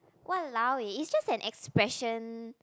!walao eh! it's just an expression